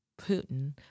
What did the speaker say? Putin